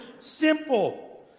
simple